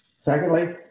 Secondly